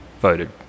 voted